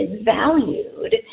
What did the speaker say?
valued